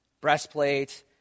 Breastplate